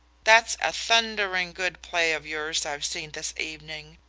that's a thundering good play of yours i've seen this evening,